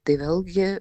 tai vėlgi